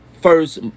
first